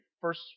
first